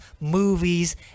movies